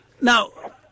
now